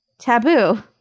Taboo